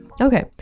Okay